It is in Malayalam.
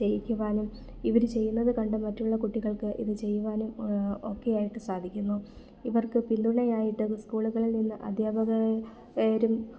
ചെയ്യിക്കുവാനും ഇവർ ചെയ്യുന്നത് കണ്ട് മറ്റുള്ള കുട്ടികൾക്ക് ഇത് ചെയ്യുവാനും ഒക്കെയായിട്ട് സാധിക്കുന്നു ഇവർക്ക് പിന്തുണയായിട്ട് സ്കൂളുകളിൽ നിന്ന് അധ്യാപകരും